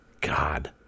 God